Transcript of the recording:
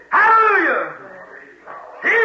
Hallelujah